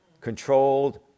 controlled